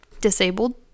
disabled